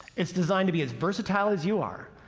it's designed to be as versatile as you are,